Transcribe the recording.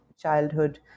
childhood